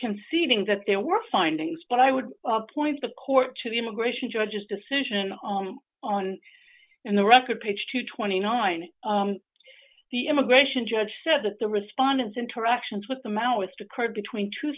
conceding that there were findings but i would point the court to the immigration judge's decision on on on the record page to twenty nine the immigration judge said that the respondents interactions with the maoist occurred between tw